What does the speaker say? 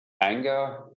anger